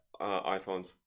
iPhones